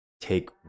take